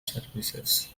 services